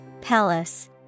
Palace